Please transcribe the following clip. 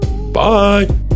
bye